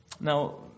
Now